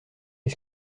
est